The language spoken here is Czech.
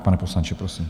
Pane poslanče, prosím.